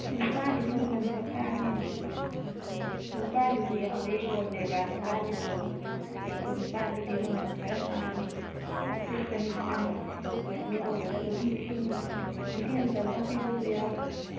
ꯅꯨꯄꯥꯒꯤꯗꯤ ꯃꯃꯜ ꯈꯔ ꯇꯥꯡꯉꯦ ꯅꯨꯄꯥꯒꯤꯁꯨ ꯌꯥꯎꯏ ꯌꯣꯜꯂꯦꯕ ꯅꯨꯄꯥꯒꯤꯁꯨ ꯑꯗꯨ ꯅꯨꯄꯥꯒꯤꯗꯤ ꯃꯃꯜ ꯈꯔ ꯇꯥꯡꯉꯦ ꯆꯥꯇꯔꯦꯠ ꯆꯅꯤꯄꯥꯜꯗꯒꯤ ꯍꯧꯔꯒ ꯑꯗꯨꯝ ꯂꯤꯁꯤꯡ ꯂꯤꯁꯤꯡ ꯑꯃ ꯆꯃꯉꯥ ꯄꯤꯕꯁꯨ ꯌꯥꯎꯏ